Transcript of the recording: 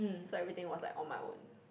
so everything was like on my own